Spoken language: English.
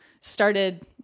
started